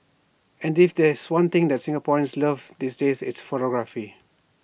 and if there's one thing Singaporeans love these days it's photography